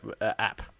app